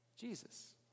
jesus